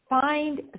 Find